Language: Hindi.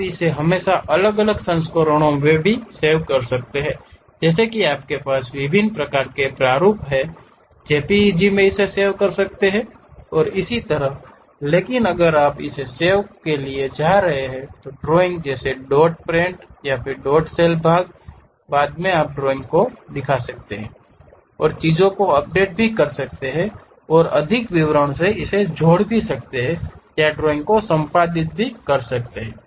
आप इसे हमेशा अलग अलग संस्करणों में भी सेव कर सकते हैं जैसे कि आपके पास विभिन्न प्रकार के प्रारूप हैं जेपीईजी इसे सेव कर सकते हैं और इसी तरह लेकिन अगर आप इसे सेव के लिए जा रहे हैं जैसे कि ड्राइंग ड्राइंग जैसे डॉट प्रेट या डॉट शेल भाग बाद में आप ड्राइंग को दिखा सकते हैं और चीजों को अपडेट कर सकते हैं और अधिक विवरण जोड़ सकते हैं या ड्राइंग को संपादित भी कर सकते हैं